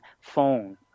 phone